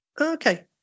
Okay